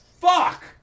fuck